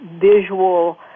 visual